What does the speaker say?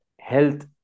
health